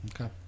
Okay